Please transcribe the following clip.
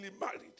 married